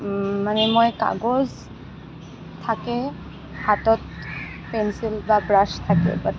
মানে মই কাগজ থাকে হাতত পেন্সিল বা ব্ৰাছ থাকে বাট